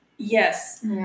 Yes